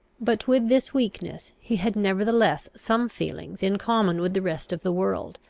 but, with this weakness, he had nevertheless some feelings in common with the rest of the world,